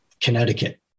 Connecticut